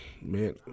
Man